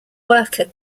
worker